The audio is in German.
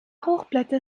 hochblätter